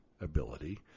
ability